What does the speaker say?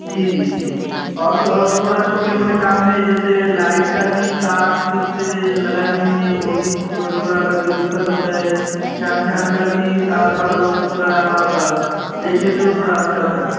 जी जी जी और तो और थोड़ा छोटे मोटे काम हैं जैसे लाइट का भी तार ठीक से लगा नहीं है वो भी थोड़ा कभी कभी दिक्कत होता है चान थान का भी तार फार वो थोड़ा आप देख लेते थोड़ा तो अच्छा होता